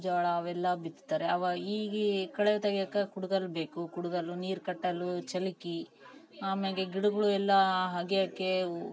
ಜೋಳ ಅವೆಲ್ಲಾ ಬಿತ್ತಾರೆ ಅವು ಈಗೀಗ ಕಳೆ ತೆಗಿಯಾಕೆ ಕುಡ್ಗೊಲ್ ಬೇಕು ಕುಡ್ಗೊಲು ನೀರು ಕಟ್ಟಲು ಸಲ್ಕಿ ಆಮೇಲೆ ಗಿಡ್ಗಳು ಎಲ್ಲ ಅಗ್ಯಾಕೇವು